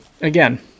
again